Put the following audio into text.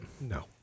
No